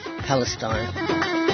Palestine